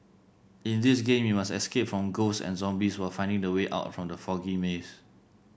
in this game you must escape from ghosts and zombies while finding the way out from the foggy maze